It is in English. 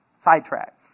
sidetracked